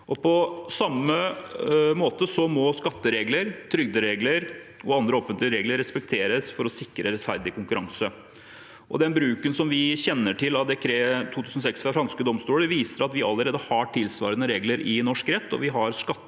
På samme måte må skatteregler, trygderegler og andre offentlige regler respekteres for å sikre rettferdig konkurranse. Den bruken som vi kjenner til av dekretet fra 2006 fra franske domstoler, viser at vi allerede har tilsvarende regler i norsk rett. Vi har skatteavtaler